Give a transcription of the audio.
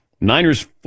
Niners